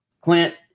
Clint